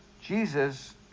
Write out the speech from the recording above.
Jesus